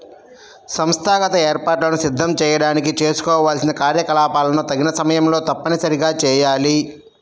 సంస్థాగత ఏర్పాట్లను సిద్ధం చేయడానికి చేసుకోవాల్సిన కార్యకలాపాలను తగిన సమయంలో తప్పనిసరిగా చేయాలి